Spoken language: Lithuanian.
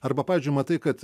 arba pavyzdžiui matai kad